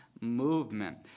movement